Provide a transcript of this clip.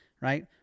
right